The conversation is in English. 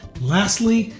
lastly,